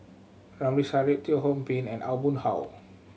Ramli Sarip Teo Ho Pin and Aw Boon Haw